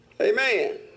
Amen